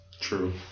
True